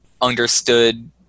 understood